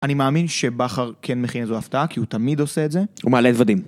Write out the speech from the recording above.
אני מאמין שבכר כן מכין איזו הפתעה, כי הוא תמיד עושה את זה. הוא מעלה דבדים.